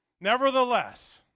Nevertheless